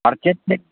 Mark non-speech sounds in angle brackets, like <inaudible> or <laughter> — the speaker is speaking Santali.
ᱟᱨ ᱪᱮᱫ ᱪᱮᱫ <unintelligible>